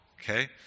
Okay